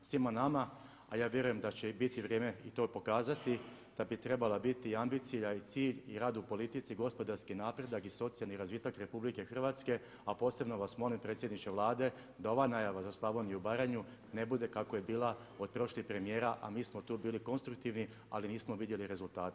Svima nama a ja vjerujem da će biti vrijeme i to pokazati da bi trebala biti i ambicija i cilj i rad u politici gospodarski napredak i socijalni razvitak RH a posebno vas molim predsjedniče Vlade da ova najava za Slavoniju i Baranju ne bude kako je bila od prošlih premijera a mi smo tu bili konstruktivni ali nismo vidjeli rezultate.